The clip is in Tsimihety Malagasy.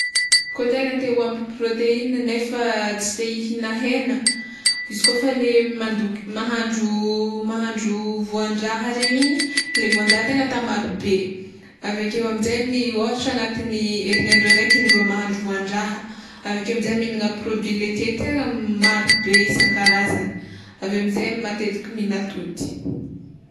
Koa tegna te ho ampy proteina nef tsy ihigna hena izy kôfa le mandoky mahandro mahandro voandraha regny igny le voandraha tegna atao marobe aveake aminjegny ny ôhatra agnatin'ny herignandro araiky indroa mahandro voandraha aveke aminjay mihignana produit laitier tegna marobe isan-karazagny aveo amizay matetiky mihina atody.